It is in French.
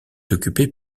occupé